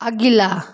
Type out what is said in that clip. अगिला